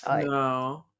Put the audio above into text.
No